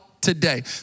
today